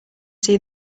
see